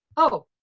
oh.